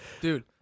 Dude